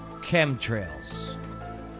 chemtrails